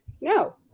No